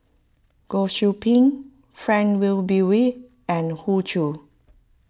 Goh Qiu Bin Frank Wilmin Brewer and Hoey Choo